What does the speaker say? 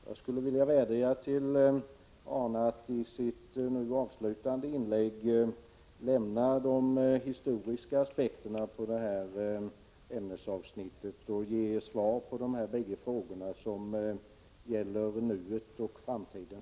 Jag skulle vilja vädja till Arne Andersson att i sitt avslutande inlägg lämna de historiska aspekterna på detta ämnesavsnitt åt sidan och ge svar på dessa bägge frågor, som gäller nuet och framtiden.